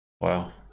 wow